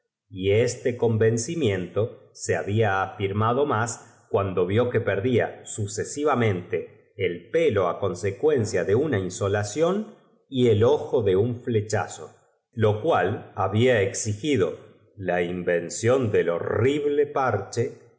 suma este convencimiento se había afirmado mente desagt'adable y que parece que más cuando vió que perdia sucesivamente nunca acaba de curarse maría se vió el pelo á consecuencia de una insolación obligada á pasar una semana entera en la y el ojo de un flechazo lo cual babia exicama porque le daban mateos en cuanto gido la invención del horrible parche